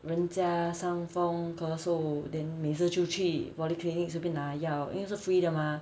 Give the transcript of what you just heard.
人家伤风咳嗽 then 每次就去 polyclinics 那边拿药因为是 free 的吗